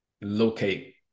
locate